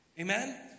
Amen